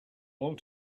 all